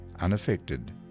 unaffected